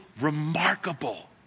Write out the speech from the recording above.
remarkable